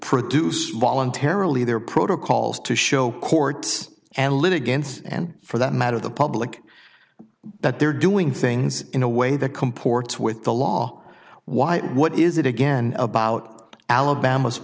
produced voluntarily their protocols to show courts and litigants and for that matter the public but they're doing things in a way that comports with the law why what is it again about alabama's